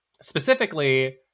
specifically